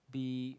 be